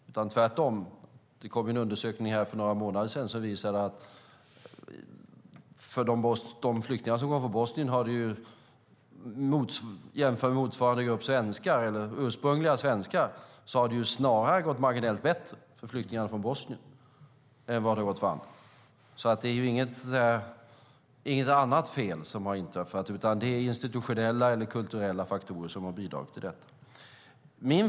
Tvärtom kom det för några månader sedan en undersökning som visade att om man jämför de flyktingar som kom från Bosnien med en likvärdig grupp ursprungliga svenskar har det snarast gått marginellt bättre för flyktingarna från Bosnien än för andra. Det är alltså inget annat fel som har inträffat i Bosnien, utan det är institutionella eller kulturella faktorer som har bidragit till situationen.